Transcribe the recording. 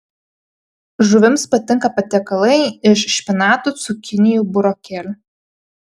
žuvims patinka patiekalai iš špinatų cukinijų burokėlių